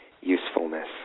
usefulness